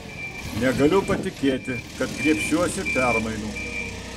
negaliu patikėti kad griebsiuosi permainų